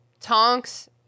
Tonks